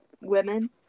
women